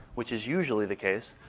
which is usually the case,